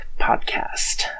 podcast